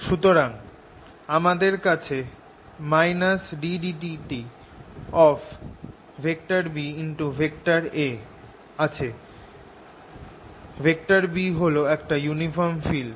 সুতরাং আমাদের কাছে আছে ddt B হল একটা ইউনিফর্ম ফিল্ড